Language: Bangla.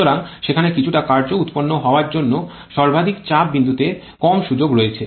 সুতরাং সেখানে কিছুটা কার্য উৎপন্ন হওয়ার জন্য সর্বাধিক চাপ বিন্দুতে কম সুযোগ রয়েছে